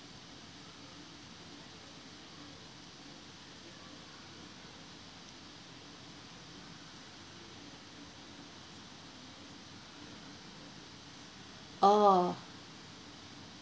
oh